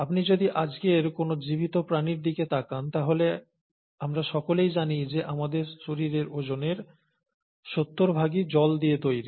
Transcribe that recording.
আপনি যদি আজকের কোন জীবিত প্রাণীর দিকে তাকান তাহলে আমরা সকলেই জানি যে আমাদের শরীরের ওজনের 70 ভাগই জল দিয়ে তৈরি